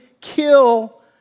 kill